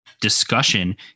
discussion